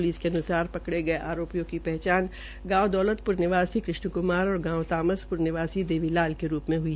police के अन्सार पकड़े गए आरोपियों की पहचान गांव दौलतप्र निवासी कृष्ण क्मार और गांव तामसप्र निवासी देवीलाल के रूप में हई